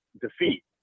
defeat